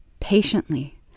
patiently